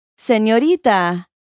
Señorita